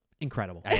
incredible